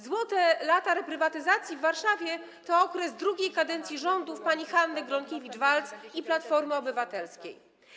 Złote lata reprywatyzacji w Warszawie to okres II kadencji rządów pani Hanny Gronkiewicz-Waltz i Platformy Obywatelskiej.